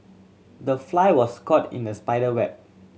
the fly was caught in the spider web